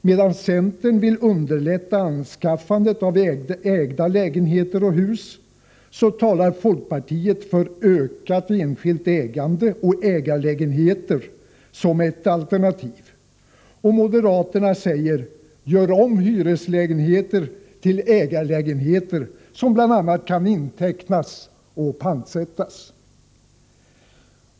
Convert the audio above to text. Medan centern vill underlätta anskaffande av ägda lägenheter och hus, talar folkpartiet för ökat enskilt ägande och ägarlägenheter som ett alternativ. Moderaterna säger: Gör om hyreslägenheter till ägarlägenheter som bl.a. kan intecknas och pantsättas.